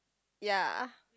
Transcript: ya